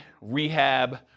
rehab